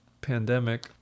pandemic